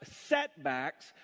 setbacks